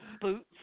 boots